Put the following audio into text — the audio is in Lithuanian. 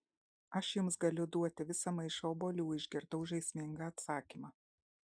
aš jums galiu duoti visą maišą obuolių išgirdau žaismingą atsakymą